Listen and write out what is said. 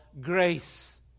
grace